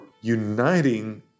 uniting